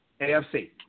AFC